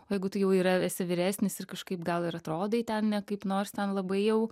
o jeigu tu jau yra esi vyresnis ir kažkaip gal ir atrodai ten ne kaip nors ten labai jau